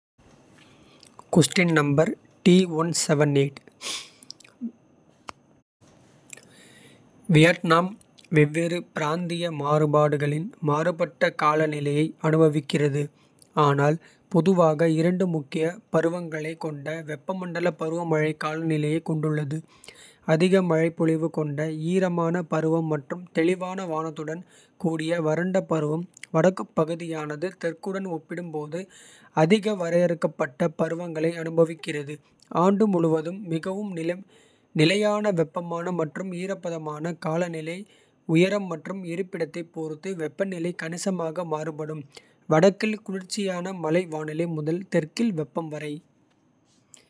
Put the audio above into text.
வியட்நாம் வெவ்வேறு பிராந்திய மாறுபாடுகளுடன் மாறுபட்ட. காலநிலையை அனுபவிக்கிறது ஆனால் பொதுவாக இரண்டு. முக்கிய பருவங்களைக் கொண்ட வெப்பமண்டல பருவமழை. காலநிலையைக் கொண்டுள்ளது அதிக மழைப்பொழிவு. கொண்ட ஈரமான பருவம் மற்றும் தெளிவான வானத்துடன். கூடிய வறண்ட பருவம் வடக்குப் பகுதியானது தெற்குடன். ஒப்பிடும்போது அதிக வரையறுக்கப்பட்ட பருவங்களை. அனுபவிக்கிறது ஆண்டு முழுவதும் மிகவும் நிலையான. வெப்பமான மற்றும் ஈரப்பதமான காலநிலை உயரம் மற்றும். இருப்பிடத்தைப் பொறுத்து வெப்பநிலை கணிசமாக மாறுபடும். வடக்கில் குளிர்ச்சியான மலை வானிலை முதல் தெற்கில் வெப்பம் வரை.